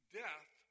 death